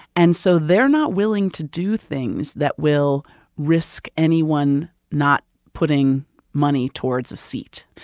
and so they're not willing to do things that will risk anyone not putting money towards a seat.